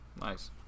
Nice